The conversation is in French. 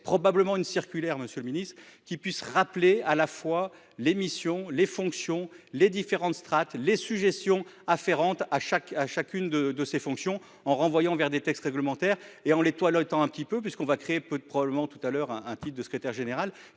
probablement une circulaire Monsieur le Ministre qui puisse rappeler à la fois l'émission les fonctions les différentes strates les suggestions afférentes à chaque à chacune de de ses fonctions en renvoyant vers des textes réglementaires et en l'étoile autant un petit peu puisqu'on va créer peu probablement tout à l'heure un type de secrétaire général